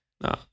no